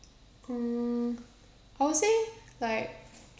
mm I would say like